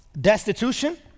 destitution